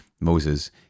Moses